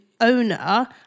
owner